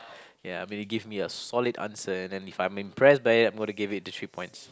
ya maybe give me a solid answer and then if I'm impressed by it I'm gonna give it three points